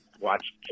watch